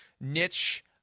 niche